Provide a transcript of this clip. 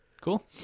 cool